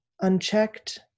unchecked